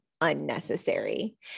unnecessary